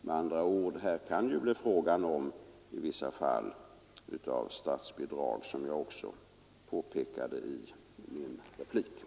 Med andra ord kan det här i vissa fall bli fråga om statsbidrag, vilket jag också påpekade i mitt senaste anförande.